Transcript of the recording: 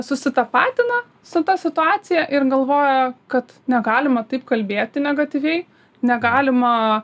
susitapatina su ta situacija ir galvoja kad negalima taip kalbėti negatyviai negalima